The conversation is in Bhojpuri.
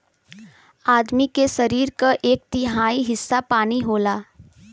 आदमी के सरीर क एक तिहाई हिस्सा पानी होला